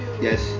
Yes